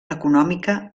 econòmica